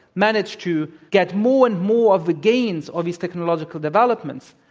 manage to get more and more of the gains of these technological developments,